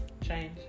change